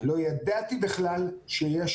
לא ידעתי בכלל שיש